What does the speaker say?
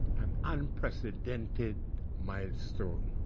an unprecedented my soon.